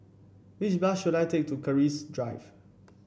which bus should I take to Keris Drive